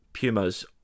Pumas